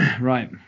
right